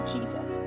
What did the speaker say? Jesus